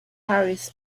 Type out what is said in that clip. fairies